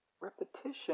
repetition